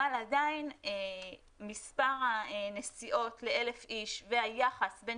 אבל עדיין מספר הנסיעות ל-1,000 איש והיחס בין